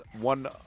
one